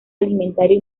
alimentario